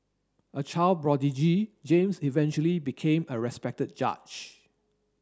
a child prodigy James eventually became a respected judge